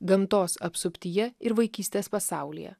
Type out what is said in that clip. gamtos apsuptyje ir vaikystės pasaulyje